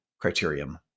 criterion